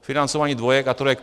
Financování dvojek a trojek.